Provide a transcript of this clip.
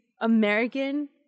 American